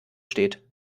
steht